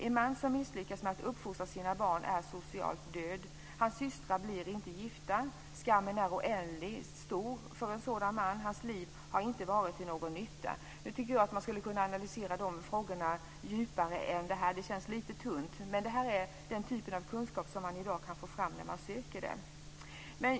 En man som har misslyckats med att uppfostra sina barn är socialt död. Hans systrar blir inte gifta, skammen är oändligt stor för en sådan man, och hans liv har inte varit till någon nytta. Nu tycker jag att man skulle kunna analysera dessa frågor djupare än så här. Det känns lite tunt. Men detta är den typen av kunskap som man i dag kan få fram när man söker den.